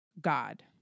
God